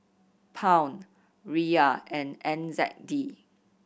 Pound Riyal and N Z D